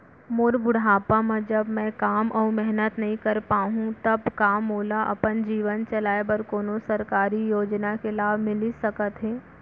मोर बुढ़ापा मा जब मैं काम अऊ मेहनत नई कर पाहू तब का मोला अपन जीवन चलाए बर कोनो सरकारी योजना के लाभ मिलिस सकत हे?